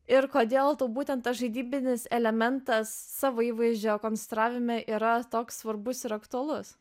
ir kodėl būtent tas žaidybinis elementas savo įvaizdžio konstravime yra toks svarbus ir aktualus